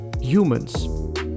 Humans